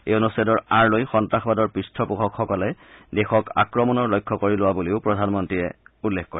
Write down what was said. এই অনুচ্ছেদৰ আঁৰ লৈ সন্ত্ৰাসবাদৰ পৃষ্ঠপোষকসকলে দেশক আক্ৰমণৰ লক্ষ্য কৰি লোৱা বুলিও প্ৰধানমন্ত্ৰীয়ে উল্লেখ কৰে